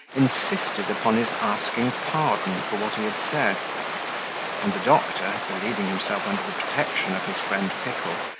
insisted upon his asking pardon for what he had said and the doctor, believing himself under the protection of his friend pickle,